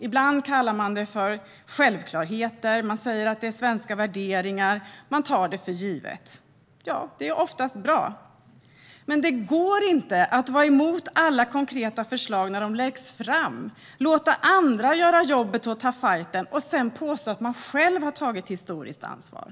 Ibland kallar man det för självklarheter och säger att det är svenska värderingar som man tar för givna. Ja, det är oftast bra, men det går inte att vara emot alla konkreta förslag när de läggs fram, låta andra göra jobbet och ta fajten och sedan påstå att man själv har tagit historiskt ansvar.